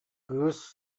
кыыс